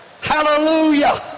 Hallelujah